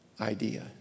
idea